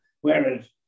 whereas